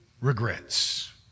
regrets